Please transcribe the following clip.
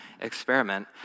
experiment